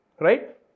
right